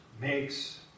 makes